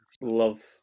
love